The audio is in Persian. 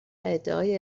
ادعای